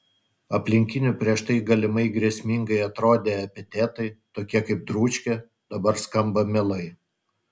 aplinkinių prieš tai galimai grėsmingai atrodę epitetai tokie kaip dručkė dabar skamba mielai